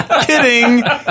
kidding